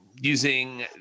using